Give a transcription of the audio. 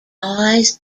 eyes